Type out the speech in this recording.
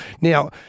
Now